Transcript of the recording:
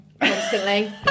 constantly